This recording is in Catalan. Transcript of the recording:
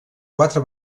quatre